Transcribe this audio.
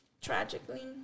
tragically